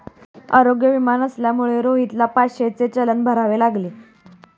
आरोग्य विमा नसल्यामुळे रोहितला पाचशेचे चलन भरावे लागले